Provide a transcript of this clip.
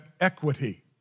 equity